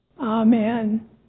Amen